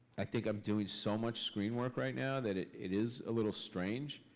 i think i'm doing so much screen work right now that it it is a little strange,